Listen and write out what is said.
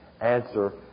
answer